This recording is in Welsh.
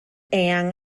eang